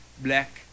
black